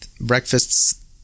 breakfasts